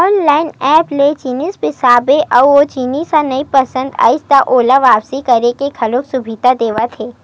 online app ले जिनिस बिसाबे अउ ओ जिनिस ह बने नइ लागिस त ओला वापिस करे के घलो सुबिधा देवत हे